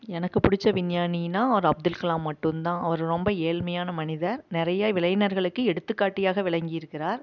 எனக்கு பிடிச்ச விஞ்ஞானினால் அவர் அப்துல் கலாம் மட்டும் தான் அவ ரொம்ப ஏழ்மையான மனிதர் நிறையா வி இளைஞர்களுக்கு எடுத்துக்காட்டியாக விளங்கி இருக்கிறார்